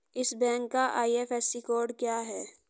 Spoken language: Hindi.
इस बैंक का आई.एफ.एस.सी कोड क्या है?